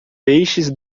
peixes